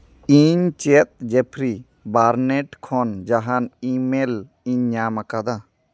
ᱤᱧ ᱪᱮᱫ Jeffrey Barnett ᱠᱷᱚᱱ ᱡᱟᱦᱟᱱ ᱤᱼᱢᱮᱞ ᱤᱧ ᱧᱟᱢ ᱟᱠᱟᱫᱟ